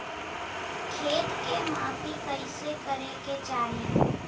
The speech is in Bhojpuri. खेत के माफ़ी कईसे करें के चाही?